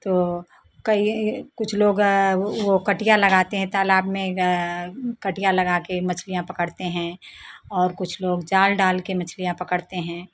तो कई कुछ लोग वो कटिया लगाते हैं तालाब में कटिया लगाके मछलियां पकड़ते हैं और कुछ लोग जाल डाल के मछलियां पकड़ते हैं